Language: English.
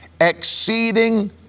Exceeding